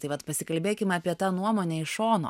tai vat pasikalbėkim apie tą nuomonę iš šono